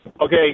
okay